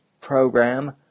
program